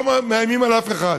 לא מאיימים על אף אחד,